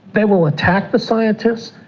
they will attack the scientists,